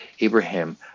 Abraham